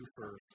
first